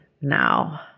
now